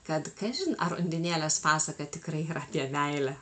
kad kažin ar undinėlės pasaką tikrai yra apie meilę